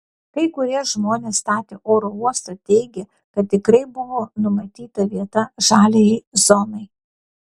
kai kurie žmonės statę oro uostą teigė kad tikrai buvo numatyta vieta žaliajai zonai